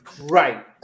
Right